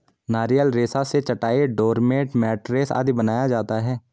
नारियल रेशा से चटाई, डोरमेट, मैटरेस आदि बनाया जाता है